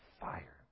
Fire